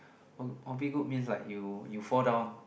or or be good means like you you fall down